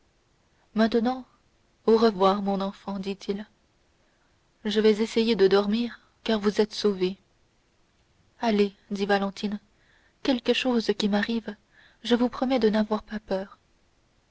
maintenant au revoir mon enfant dit-il je vais essayer de dormir car vous êtes sauvée allez dit valentine quelque chose qui m'arrive je vous promets de n'avoir pas peur